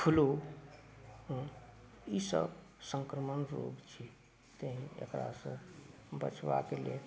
flu हँ ईसब संक्रमण रोग छी तैं एकरा से बचबाके लेल